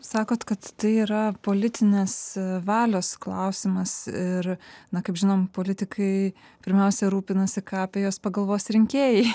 sakot kad tai yra politinės valios klausimas ir na kaip žinom politikai pirmiausia rūpinasi ką apie juos pagalvos rinkėjai